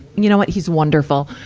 you know what, he's wonderful.